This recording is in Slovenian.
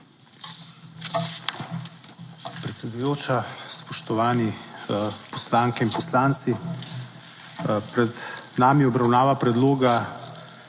Predsedujoča, spoštovani poslanke in poslanci. Pred nami je obravnava Predloga